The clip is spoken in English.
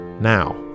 Now